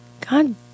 God